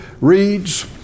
reads